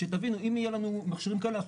שתבינו: אם יהיו לנו מכשירים כאלה אנחנו